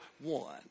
one